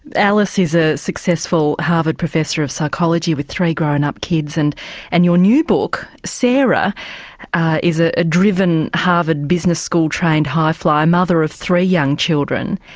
alice is a successful harvard professor of psychology with three grownup kids and and your new book, sarah is ah a driven harvard business school trained high-flyer, mother of three young children.